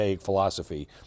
Philosophy